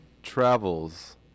Travels